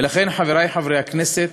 ולכן, חברי חברי הכנסת,